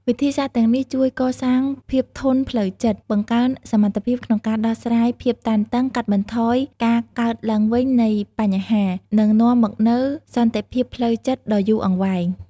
វិធីសាស្ត្រទាំងនេះជួយកសាងភាពធន់ផ្លូវចិត្ត បង្កើនសមត្ថភាពក្នុងការដោះស្រាយភាពតានតឹង កាត់បន្ថយការកើតឡើងវិញនៃបញ្ហា និងនាំមកនូវសន្តិភាពផ្លូវចិត្តដ៏យូរអង្វែង។